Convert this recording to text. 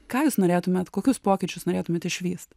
ką jūs norėtumėt kokius pokyčius norėtumėt išvyst